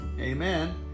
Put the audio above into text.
Amen